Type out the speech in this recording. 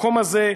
המקום הזה,